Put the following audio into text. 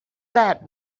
that